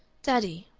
daddy,